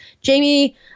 Jamie